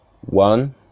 one